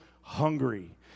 hungry